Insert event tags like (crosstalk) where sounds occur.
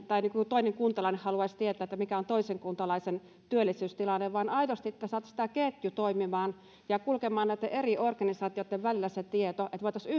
tai että toinen kuntalainen haluaisi tietää mikä on toisen kuntalaisen työllisyystilanne vaan että aidosti saataisiin tämä ketju toimimaan ja tieto kulkemaan näitten eri organisaatioitten välillä että voitaisiin (unintelligible)